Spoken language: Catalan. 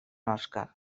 oscar